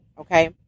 okay